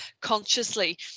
consciously